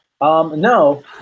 No